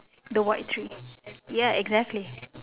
the white tree ya exactly